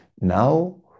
Now